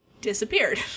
disappeared